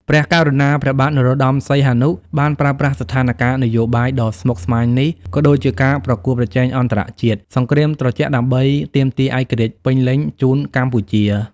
ព្រះករុណាព្រះបាទ នរោត្តម សីហនុ បានប្រើប្រាស់ស្ថានការណ៍នយោបាយដ៏ស្មុគស្មាញនេះ ក៏ដូចជាការប្រកួតប្រជែងអន្តរជាតិ សង្គ្រាមត្រជាក់ដើម្បីទាមទារឯករាជ្យពេញលេញជូនកម្ពុជា។